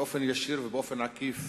באופן ישיר ובאופן עקיף,